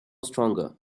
stronger